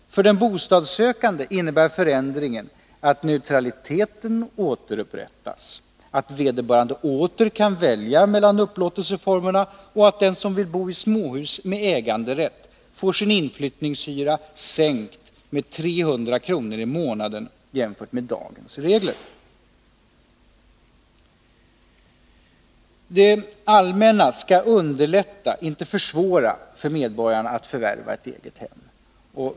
För den bostadssökande innebär förändringen att neutraliteten återupprättas, att vederbörande åter kan välja mellan upplåtelseformerna och att den som vill bo i småhus med äganderätt får sin inflyttningshyra sänkt med 300 kr. i månaden. Det allmänna skall underlätta, inte försvåra, för medborgarna att förvärva ett eget hem.